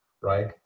right